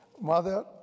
mother